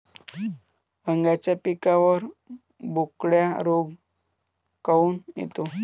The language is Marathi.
वांग्याच्या पिकावर बोकड्या रोग काऊन येतो?